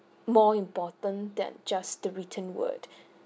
more important than just the written word